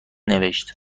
نوشت